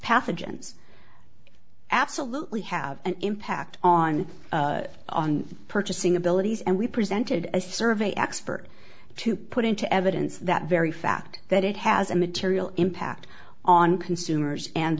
pathogens absolutely have an impact on on purchasing abilities and we presented as a survey expert to put into evidence that very fact that it has a material impact on consumers and